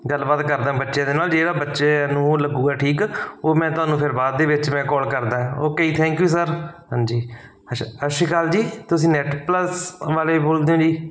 ਗੱਲਬਾਤ ਕਰਦਾ ਬੱਚੇ ਦੇ ਨਾਲ ਜੇ ਤਾਂ ਬੱਚਿਆਂ ਨੂੰ ਉਹ ਲੱਗੂਗਾ ਠੀਕ ਉਹ ਮੈਂ ਤੁਹਾਨੂੰ ਫਿਰ ਬਾਅਦ ਦੇ ਵਿੱਚ ਮੈਂ ਕੋਲ ਕਰਦਾ ਓਕੇ ਜੀ ਥੈਂਕ ਯੂ ਸਰ ਹਾਂਜੀ ਅੱਛਾ ਸਤਿ ਸ਼੍ਰੀ ਅਕਾਲ ਜੀ ਤੁਸੀਂ ਨੈੱਟ ਪਲਸ ਵਾਲੇ ਬੋਲਦੇ ਹੋ ਜੀ